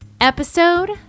Episode